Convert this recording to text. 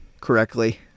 correctly